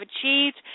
achieved